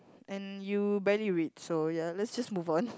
and you barely read so ya let's just move on